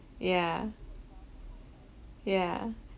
yeah yeah